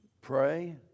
pray